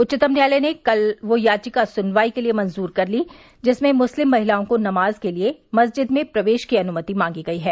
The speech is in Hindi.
उच्चतम न्यायालय ने कल वह याचिका सुनवाई के लिए मंजूर कर ली जिसमें मुस्लिम महिलाओं को नमाज के लिए मस्जिद में प्रवेश की अनुमति मांगी गई है